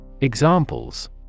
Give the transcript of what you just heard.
Examples